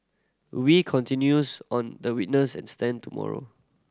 Wee continues on the witness stand tomorrow